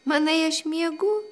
manai aš miegu